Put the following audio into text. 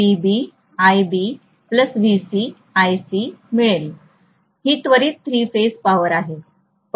ही त्वरित three phase power आहे